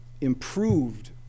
improved